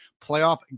playoff